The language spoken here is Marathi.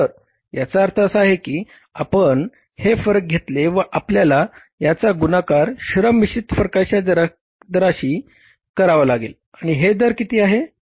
तर याचा अर्थ असा आहे की जर आपण हे फरक घेतले व आपल्याला याचा गुणाकार श्रम मिश्रीत फरकाच्या दराशी करावा लागेल आणि हे दर किती आहे